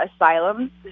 asylum